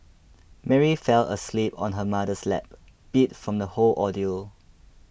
Mary fell asleep on her mother's lap beat from the whole ordeal